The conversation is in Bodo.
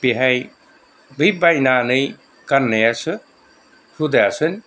बेहाय बै बायनानै गाननायासो हुदायासो